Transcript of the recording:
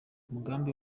umugambi